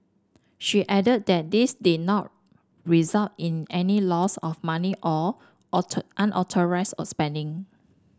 she added that this did not result in any loss of money or unauthorised of spending